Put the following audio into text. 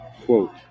Quote